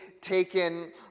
taken